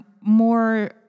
more